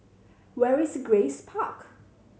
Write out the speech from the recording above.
where is Grace Park